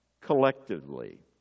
collectively